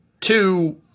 Two